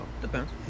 Depends